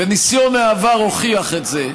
וניסיון העבר הוכיח את זה,